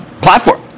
platform